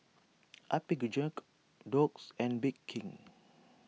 Apgujeong Doux and Bake King